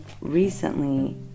recently